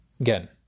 Again